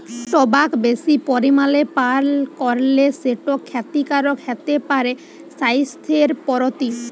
টবাক বেশি পরিমালে পাল করলে সেট খ্যতিকারক হ্যতে পারে স্বাইসথের পরতি